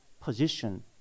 position